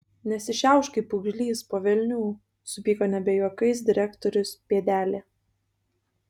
nesišiaušk kaip pūgžlys po velnių supyko nebe juokais direktorius pėdelė